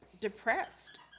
depressed